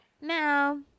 now